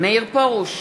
מאיר פרוש,